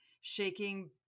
shaking